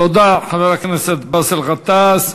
תודה, חבר הכנסת באסל גטאס.